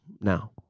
now